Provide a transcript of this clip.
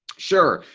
sure,